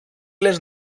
λες